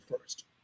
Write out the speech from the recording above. first